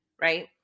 right